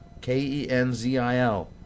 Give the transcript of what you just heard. K-E-N-Z-I-L